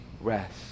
rest